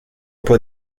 pas